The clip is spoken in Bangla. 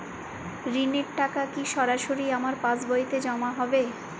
ঋণের টাকা কি সরাসরি আমার পাসবইতে জমা হবে?